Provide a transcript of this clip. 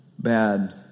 bad